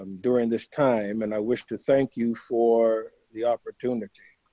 um during this time, and i wish to thank you for the opportunity.